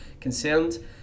concerned